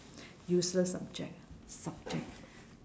useless subject ah subject